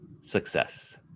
success